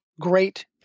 great